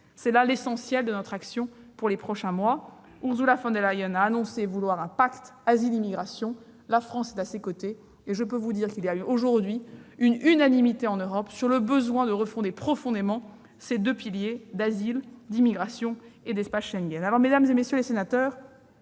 sera l'essentiel de notre action pour les prochains mois. Ursula von der Leyen a annoncé vouloir un pacte sur l'asile et l'immigration. La France est à ses côtés, et je peux vous dire qu'il y a eu aujourd'hui une unanimité en Europe sur le besoin de refonder profondément ces deux piliers : asile et immigration, et espace Schengen.